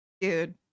Dude